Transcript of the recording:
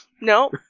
No